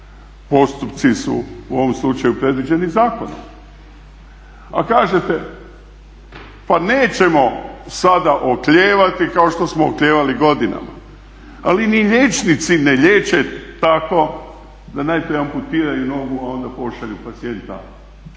Postupci su u ovom slučaju predviđeni zakonom, a kažete pa nećemo sada oklijevati kao što smo oklijevali godinama, ali ni liječnici ne liječe tako da najprije amputiraju nogu a onda pošalju pacijenta